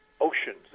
oceans